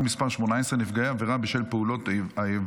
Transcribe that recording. מס' 18) (נפגעי עבירה בשל פעולות האיבה